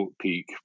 peak